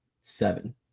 seven